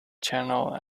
channel